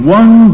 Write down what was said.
one